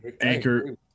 Anchor